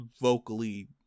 vocally